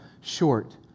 short